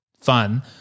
fun